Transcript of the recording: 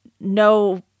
no